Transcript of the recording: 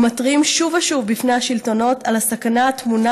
ומתריעים שוב ושוב בפני השלטונות על הסכנה הטמונה